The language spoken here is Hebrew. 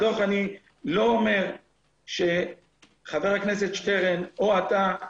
אני לא אומר שחבר הכנסת שטרן או אתה,